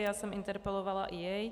Já jsem interpelovala i jej.